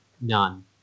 none